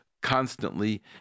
constantly